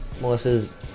Melissa's